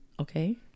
Okay